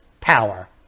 power